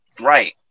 Right